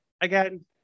again